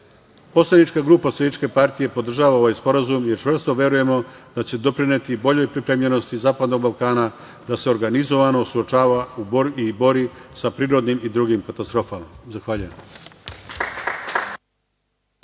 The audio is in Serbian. deo. Poslanička grupa SPS podržava ovaj sporazum, jer čvrsto verujemo da će doprineti boljoj pripremljenosti Zapadnog Balkana da se organizovano suočava i bori sa prirodnim i drugim katastrofama. Zahvaljujem.